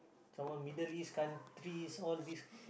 some more Middle-East countries all these